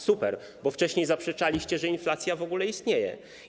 Super, bo wcześniej zaprzeczaliście, że inflacja w ogóle istnieje.